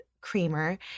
creamer